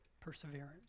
perseverance